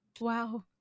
Wow